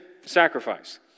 sacrifice